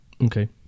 Okay